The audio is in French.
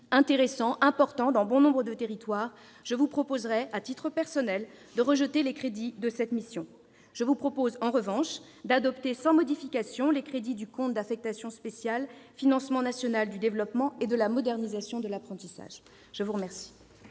intéressants et importants dans bon nombre de territoires, je vous propose, à titre personnel, de rejeter les crédits de la mission « Travail et emploi ». Je vous propose en revanche d'adopter sans modification les crédits du compte d'affectation spéciale « Financement national du développement et de la modernisation de l'apprentissage ». La parole